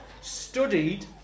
studied